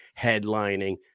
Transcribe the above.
headlining